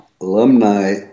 alumni